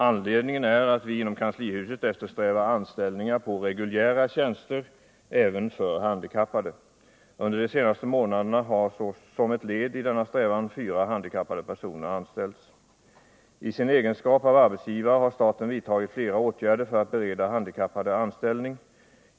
Anledningen är att vi inom kanslihuset eftersträvar anställningar på reguljära tjänster även för handikappade. Under de senaste månaderna har som ett led i denna strävan fyra handikappade personer anställts. I sin egenskap av arbetsgivare har staten vidtagit flera åtgärder för att bereda handikappade anställning.